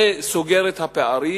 זה סוגר את הפערים,